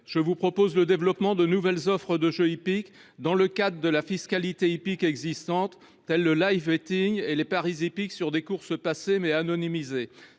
Je propose le développement de nouvelles offres de jeux hippiques, dans le cadre de la fiscalité existante, tels que le et les paris sur des courses passées, mais anonymisées.